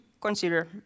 consider